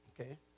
Okay